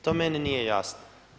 To meni nije jasno.